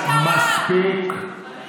לא זכור לי שחברת הכנסת הפריעה לך.